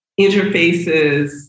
interfaces